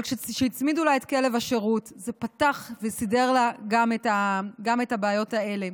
אבל כשהצמידו לה את כלב השירות זה פתח וסידר לה גם את הבעיות האלה.